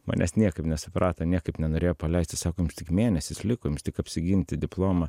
manęs niekaip nesuprato niekaip nenorėjo paleisti sako jums tik mėnesis liko jums tik apsiginti diplomą